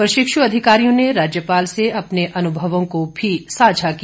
प्रशिक्षु अधिकारियों ने राज्यपाल से अपने अनुभवों को भी सांझा किया